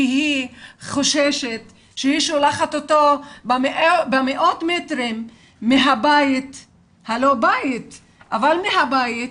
כי היא חוששת כשהיא שולחת אותו מאות מטרים מהבית הלא-בית אבל מהבית,